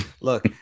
Look